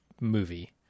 movie